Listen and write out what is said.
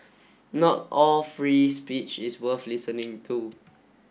not all free speech is worth listening to